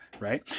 right